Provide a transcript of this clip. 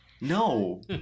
no